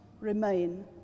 remain